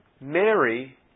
Mary